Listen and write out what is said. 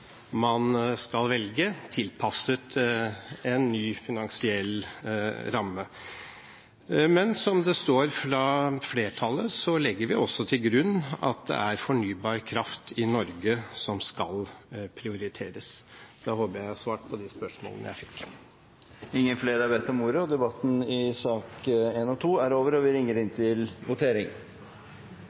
man velger, tilpasset en ny finansiell ramme. Som flertallet skriver, legger vi også til grunn at det er fornybar kraft i Norge som skal prioriteres. Da håper jeg at jeg har svart på de spørsmålene jeg fikk. Flere har ikke bedt om ordet til sakene nr. 1 og 2. Stortinget er da klar til å gå til votering.